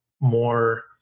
more